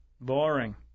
Boring